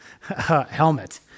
helmet